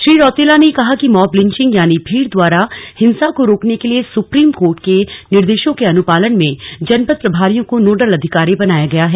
श्री रौतेला ने कहा कि मॉब लिंचिंग यानि भीड़ द्वारा हिंसा को रोकने के लिए सुप्रीम कोर्ट के निर्देशों के अनुपालन में जनपद प्रभारियों को नोडल अधिकारी बनाया गया है